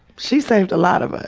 she saved a lot of us.